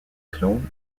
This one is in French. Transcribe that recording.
clone